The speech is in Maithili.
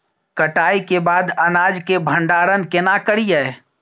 कटाई के बाद अनाज के भंडारण केना करियै?